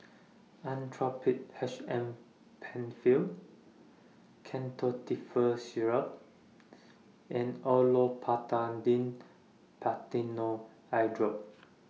Actrapid H M PenFill Ketotifen Syrup and Olopatadine Eyedrop